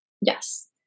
yes